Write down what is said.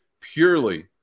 purely